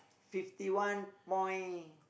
fifty one point